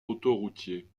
autoroutier